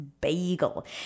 Bagel